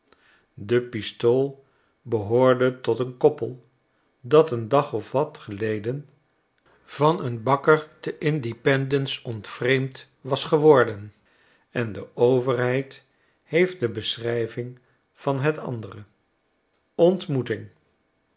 de pistool behoorde tot een koppel dat een dag of wat geleden van een bakker te independence ontvreemd was geworden en de overheid heeft de beschrijving van het andere ntmeting